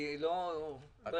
אני לא אבין.